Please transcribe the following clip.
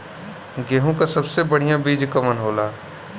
गेहूँक सबसे बढ़िया बिज कवन होला?